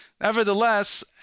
Nevertheless